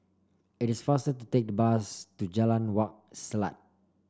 it is faster to take the bus to Jalan Wak Selat